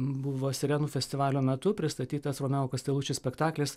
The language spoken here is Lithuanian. buvo sirenų festivalio metu pristatytas romeo kasteluči spektaklis